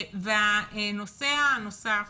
הנושא הנוסף,